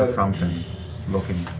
but frumpkin looking.